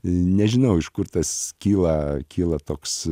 nežinau iš kur tas kyla kyla toks